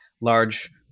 large